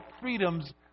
freedoms